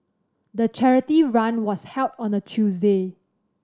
the charity run was held on a Tuesday